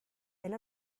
elle